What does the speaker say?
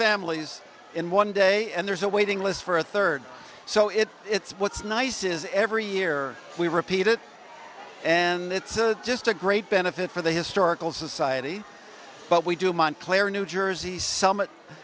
families in one day and there's a waiting list for a third so it it's what's nice is every year we repeat it and it's just a great benefit for the historical society but we do in montclair new jersey summit